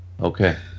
Okay